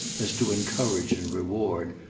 as to encourage and reward,